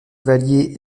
valier